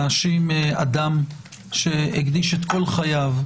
להאשים באנטישמיות אדם שהקדיש את כל חייו,